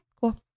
cool